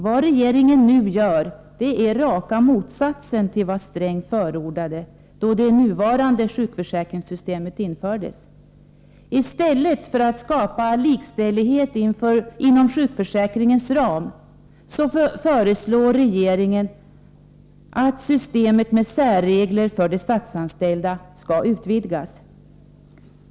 Vad regeringen nu gör är raka motsatsen till vad Sträng förordade då det nuvarande sjukförsäkringssystemet infördes. I stället för att skapa likställdhet inom sjukförsäkringens ram föreslår regeringen att systemet med särregler för de statsanställda skall utvidgas.